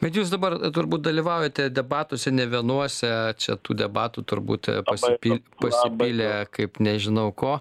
bet jūs dabar turbūt dalyvaujate debatuose ne vienuose čia tų debatų turbūt pasipil pasipylė kaip nežinau ko